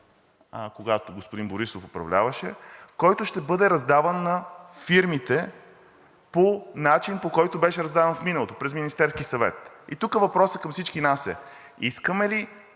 когато господин Борисов управляваше, който ще бъде раздаван на фирмите по начин, по който беше раздаван в миналото през Министерския съвет. Тук въпросът към всички нас е: искаме ли